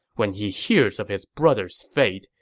when he hears of his brother's fate,